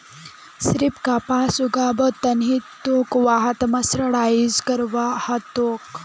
सिर्फ कपास उगाबो त नी ह तोक वहात मर्सराइजो करवा ह तोक